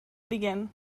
begin